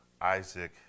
Isaac